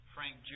Frank